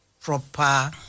proper